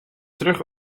terug